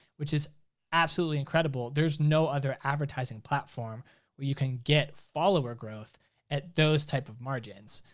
which is absolutely incredible. there's no other advertising platform where you can get follower growth at those type of margins.